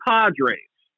Padres